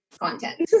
content